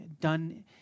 done